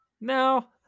No